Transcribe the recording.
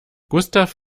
gustav